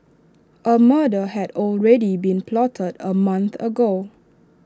A murder had already been plotted A month ago